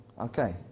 Okay